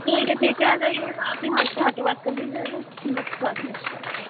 ठीक है ठीक है आ जाईएगा आप यहाँ पर आ कर बात कल लीजिएगा नमस्कार नमस्कार